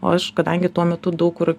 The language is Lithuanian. o aš kadangi tuo metu daug kur